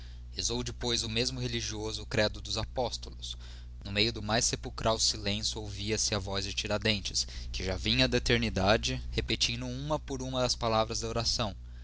rezou depois o mesmo religioeo o credo dos apóstolos no meio do mais sepulchral silencio ouviase a vozde tiradentes que já vinha da etemidade repetindo uma por uma as palavras da oração